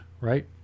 right